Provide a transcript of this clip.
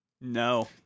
No